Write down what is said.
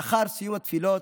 לאחר סיום התפילות,